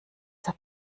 der